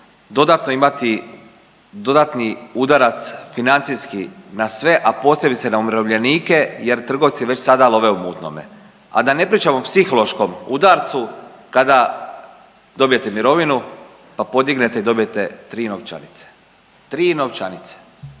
dodatno imati, dodatni udarac financijski na sve, a posebice na umirovljenike jer trgovci već sada love u mutnome. A da ne pričam o psihološkom udarcu kada dobijete mirovinu, pa podignete i dobijete 3 novčanice, 3 novčanice.